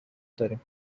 داریم